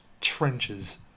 trenches